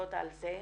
שנאבקות על זה.